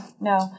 no